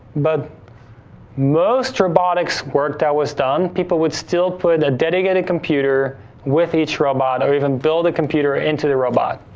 but most robotics work that was done, people would still put dedicated computer with each robot or even build a computer into the robot.